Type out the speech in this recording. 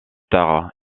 tard